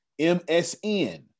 msn